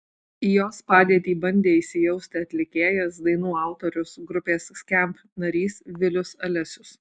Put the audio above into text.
į jos padėtį bandė įsijausti atlikėjas dainų autorius grupės skamp narys vilius alesius